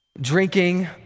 drinking